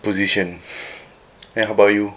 position then how about you